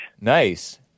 Nice